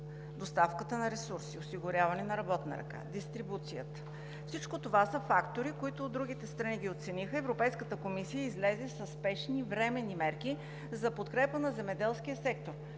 доставката на ресурси, осигуряване на работна ръка, дистрибуцията. Всичко това са фактори, които другите страни оцениха и Европейската комисия излезе със спешни, временни мерки за подкрепа на земеделския сектор.